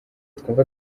twumva